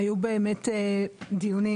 היו באמת דיונים,